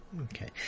Okay